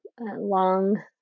long